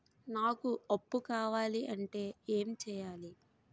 నాకు అప్పు కావాలి అంటే ఎం చేయాలి?